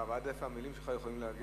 אבל עד איפה המלים שלך יכולות להגיע?